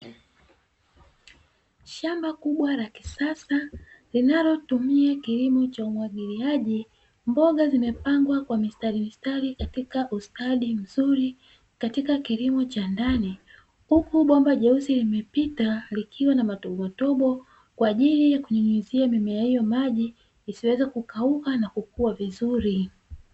Shamba kubwa la kisasa linalotumia kilimo cha umwagiliaji mboga zimepangwa kwa mistarimistari katika ustadi mzuri, katika kilimo cha ndani huku bomba jeusi limepita likiwa namatobomatobo, kwa ajili ya kunyunyuzia mimea hiyo maji isiweze kukauka na kukua vizuri.